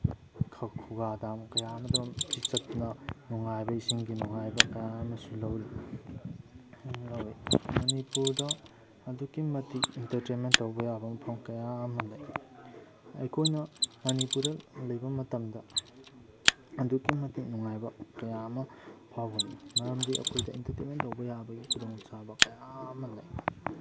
ꯈꯨꯒꯥ ꯗꯥꯝ ꯀꯌꯥ ꯑꯃ ꯑꯗꯨꯝ ꯁꯤ ꯆꯠꯇꯅ ꯅꯨꯡꯉꯥꯏꯕ ꯏꯁꯤꯡꯒꯤ ꯅꯨꯡꯉꯥꯏꯕ ꯀꯌꯥ ꯑꯃꯁꯨ ꯂꯧꯔꯤ ꯂꯧꯋꯤ ꯃꯅꯤꯄꯨꯔꯗ ꯑꯗꯨꯛꯀꯤ ꯃꯇꯤꯛ ꯏꯟꯇꯔꯇꯦꯟꯃꯦꯟ ꯇꯧꯕ ꯌꯥꯕ ꯃꯐꯝ ꯀꯌꯥ ꯑꯃ ꯂꯩ ꯑꯩꯈꯣꯏꯅ ꯃꯅꯤꯄꯨꯔꯗ ꯂꯩꯕ ꯃꯇꯝꯗ ꯑꯗꯨꯛꯀꯤ ꯃꯇꯤꯛ ꯅꯨꯡꯉꯥꯏꯕ ꯀꯌꯥ ꯑꯃ ꯐꯥꯎꯒꯅꯤ ꯃꯔꯝꯗꯤ ꯑꯩꯈꯣꯏꯗ ꯏꯟꯇꯔꯇꯦꯟꯃꯦꯟ ꯇꯧꯕ ꯌꯥꯕꯒꯤ ꯈꯨꯗꯣꯡꯆꯥꯕ ꯀꯌꯥ ꯑꯃ ꯂꯩ